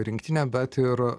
rinktinė bet ir